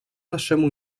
naszemu